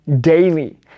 daily